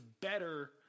better